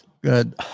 good